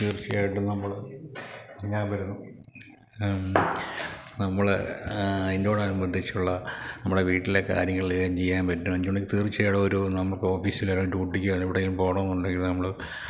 തീർച്ചയായിട്ടും നമ്മള് ഞാന് വരുന്നു നമ്മള് അതിനോടനുബന്ധിച്ചുള്ള നമ്മുടെ വീട്ടിലെ കാര്യങ്ങളെല്ലാം ചെയ്യാൻ പറ്റും അഞ്ച് മണിക്ക് തീർച്ചയായിട്ടും ഒരു നമുക്ക് ഓഫീസിലെ ഡ്യൂട്ടിക്ക് എവിടേലും പോകണമെന്നുണ്ടെങ്കില് നമ്മള്